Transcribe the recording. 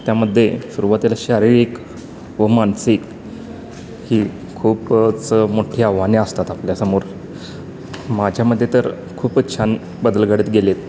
त्यामध्ये सुरुवातीला शारीरिक व मानसिक ही खूपच मोठी आव्हाने असतात आपल्यासमोर माझ्यामध्ये तर खूपच छान बदल घडत गेले आहेत